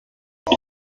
was